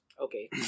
Okay